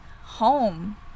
home